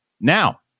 now